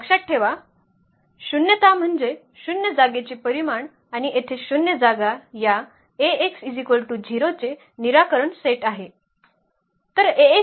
लक्षात ठेवा शून्यता म्हणजे शून्य जागेचे परिमाण आणि येथे शून्य जागा या Ax 0 चे निराकरण सेट आहे